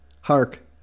Hark